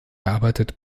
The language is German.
erarbeitet